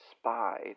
spy